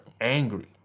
Angry